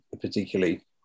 particularly